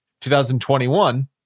2021